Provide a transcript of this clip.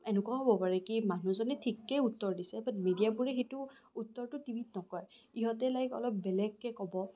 এনেকুৱাও হ'ব পাৰে কি মানুহজনে ঠিকে উত্তৰ দিছে বাত মিডিয়াবোৰে সেইটো উত্তৰটো টিভিত নকয় ইহঁতে লাইক অলপ বেলেগকে ক'ব